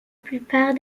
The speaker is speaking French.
plupart